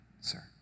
sir